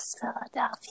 philadelphia